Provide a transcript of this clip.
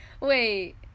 Wait